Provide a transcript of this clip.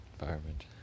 environment